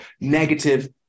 negative